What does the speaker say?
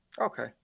Okay